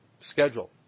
Schedule